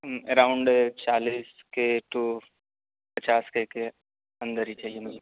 around چالیس کے تو پچاس کے کے اندر ہی چاہیے مجھے